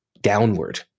downward